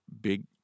big